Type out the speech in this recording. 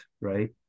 right